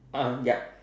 ah yup